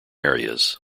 areas